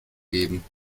geben